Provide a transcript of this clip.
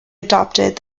adopted